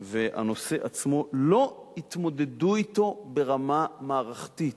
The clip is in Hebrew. והנושא עצמו, לא התמודדו אתו ברמה מערכתית.